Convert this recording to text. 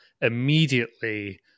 Immediately